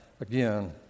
again